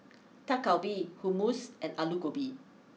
Dak Galbi Hummus and Alu Gobi